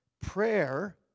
Prayer